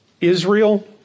Israel